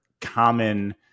common